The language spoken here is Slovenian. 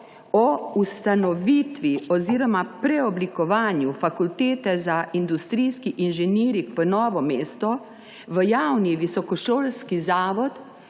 o ustanovitvi oziroma preoblikovanju Fakultete za industrijski inženiring v Novo mesto v javni visokošolski zavod